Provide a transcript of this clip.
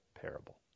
parable